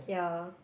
ya